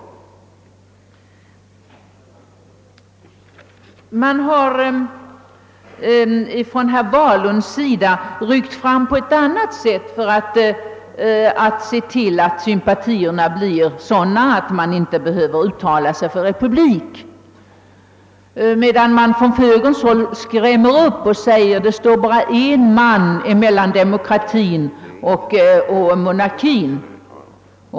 Från herr Wahlunds håll rycker man nu fram längs en annan linje för att skapa sådana sympatier att man inte behöver uttala sig för republik. Från moderata samlingspartiet målas i stället upp en skrämselbild, där det bara står en man mellan demokratin och monarkin.